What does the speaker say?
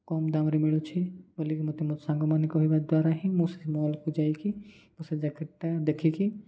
କମ୍ ଦାମ୍ରେ ମିଳୁଛି ବୋଲି ମୋତେ ମୋ ସାଙ୍ଗମାନେ କହିବା ଦ୍ୱାରା ହିଁ ମୁଁ ସେ ମଲ୍କୁ ଯାଇକି ମୁଁ ସେ ଜ୍ୟାକେଟ୍ଟା ଦେଖିକି